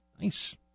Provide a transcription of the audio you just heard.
nice